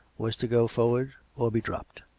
was to go forward or be dropped.